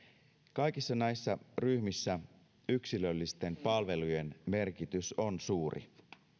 kaikissa näissä ryhmissä yksilöllisten palvelujen merkitys on suuri